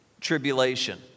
tribulation